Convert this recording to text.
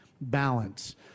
balance